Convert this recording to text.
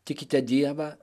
tikite dievą